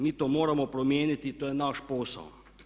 Mi to moramo promijeniti, to je naš posao.